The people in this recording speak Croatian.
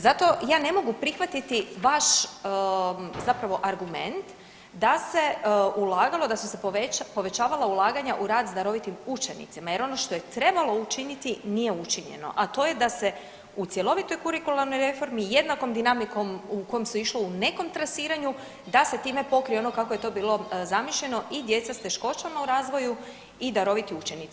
Zato ja ne mogu prihvatiti vaš zapravo argument da se ulagalo, da su se povećavala ulaganja u rad s darovitim učenicima jer ono što je trebalo učiniti nije učinjeno, a to je da se u cjelovitoj kurikularnoj reformi jednakom dinamikom u kom su ušle u nekom trasiranju da se time pokrije ono kako je to bilo zamišljeno i djeca s teškoćama u razvoju i daroviti učenici.